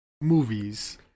movies